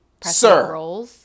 sir